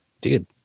dude